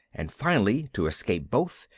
and finally, to escape both,